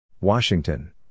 Washington